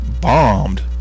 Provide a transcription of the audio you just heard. bombed